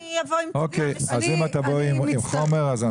אני אבוא עם חומר.